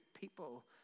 people